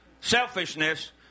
selfishness